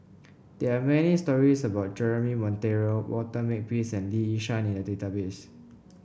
there are many stories about Jeremy Monteiro Walter Makepeace and Lee Yi Shyan in the database